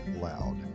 loud